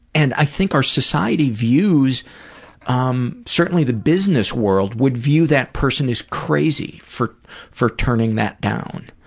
and i think our society views um, certainly the business world would view that person as crazy for for turning that down.